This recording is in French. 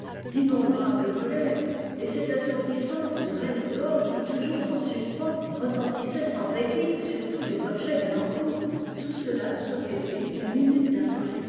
d'innombrables colères et cette assourdissante grêle d'or qui toujours en suspens retentissait sans répit sur tous les objets d'alentour tout cela se réduit la minute d'après